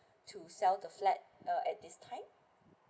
to sell the flat uh at this time